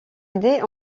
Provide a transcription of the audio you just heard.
idées